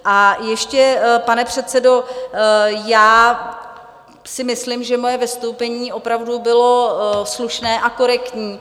A ještě, pane předsedo, já si myslím, že moje vystoupení opravdu bylo slušné a korektní.